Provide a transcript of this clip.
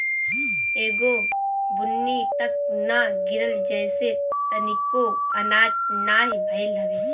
एगो बुन्नी तक ना गिरल जेसे तनिको आनाज नाही भइल हवे